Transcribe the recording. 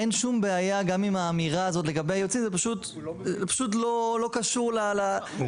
אין שום בעיה עם האמירה הזאת לגבי ייעוץ זה פשוט לא קשור למסמך,